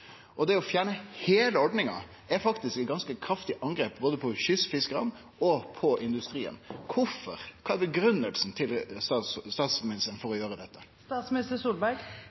Det å fjerne heile ordninga er faktisk eit ganske kraftig angrep både på kystfiskarane og på industrien. Kvifor? Kva er grunngivinga frå statsministeren for å gjere